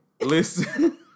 Listen